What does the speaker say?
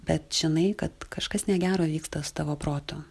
bet žinai kad kažkas negero vyksta su tavo protu